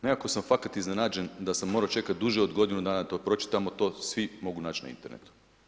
Nekako sam fakat iznenađen da sam morao čekati duže od godinu dana da to pročitamo, to svi mogu naći na internetu.